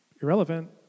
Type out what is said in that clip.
irrelevant